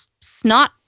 snot